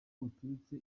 buturutse